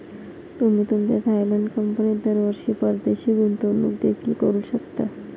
तुम्ही तुमच्या थायलंड कंपनीत दरवर्षी परदेशी गुंतवणूक देखील करू शकता